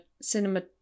cinema